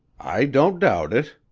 i don't doubt it.